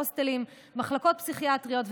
הוסטלים ומחלקות פסיכיאטריות,